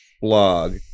blog